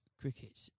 cricket